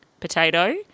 potato